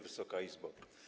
Wysoka Izbo!